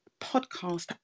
podcast